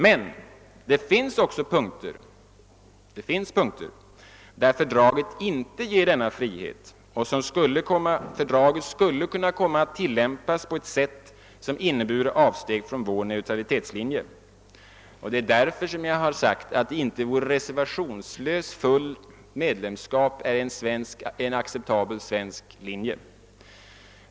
Men det finns också punkter där fördraget inte ger denna frihet och som skulle kunna komma att tillämpas på ett sätt som innebar avsteg från vår neutralitetslinje. Det är därför jag har sagt att reservationslöst fullt medlemskap inte är någon acceptabel svensk linje.